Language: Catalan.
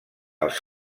als